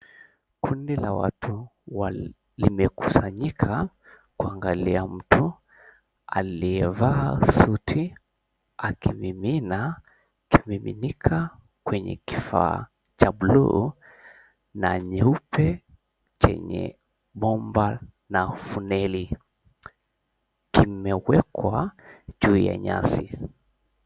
Kundi la watu limekusanyika kuangalia mtu aliyevaa suti akimimina kimiminika kwenye kifaa cha blue na nyeupe chenye bomba na feneli. Kimewekwa juu ya nyasi.